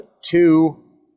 two